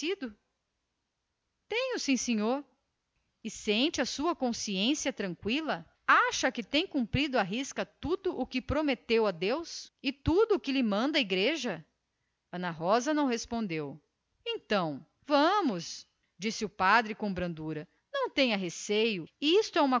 cumprido tenho sim senhor e sente a sua consciência tranqüila acha que tem cumprido à risca tudo o que prometeu a deus e tudo o que lhe manda a santa madre igreja ana rosa não respondeu então vamos disse o padre com brandura não tenha medo isto é